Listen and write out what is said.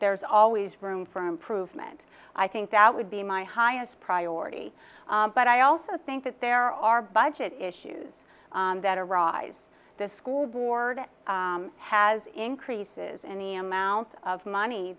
there's always room for improvement i think that would be my highest priority but i also think that there are budget issues that arise the school board has increases in the amount of money